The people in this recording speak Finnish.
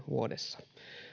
vuodessa